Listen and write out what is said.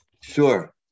Sure